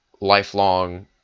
lifelong